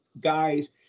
guys